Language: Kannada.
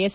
ಎಸ್